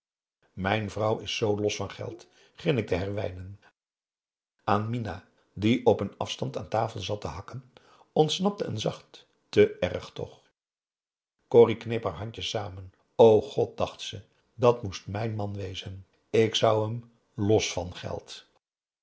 mijn vrouw is zoo los van geld grinnikte herwijnen aan mina die op een afstand aan tafel zat te haken ontsnapte een zacht te erg toch corrie kneep haar handjes samen o god dacht ze dat moest mijn man wezen ik zou hem los van geld